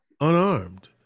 Unarmed